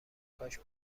کاش